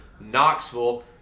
Knoxville